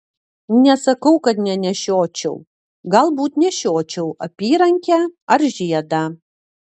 nesakau kad nenešiočiau galbūt nešiočiau apyrankę ar žiedą